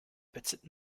petite